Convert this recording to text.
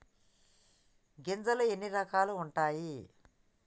గింజలు ఎన్ని రకాలు ఉంటాయి?